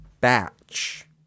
Batch